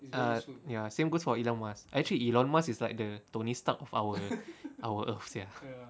ah ya same goes for elon musk actually elon musk is like the tony stark of our our earth sia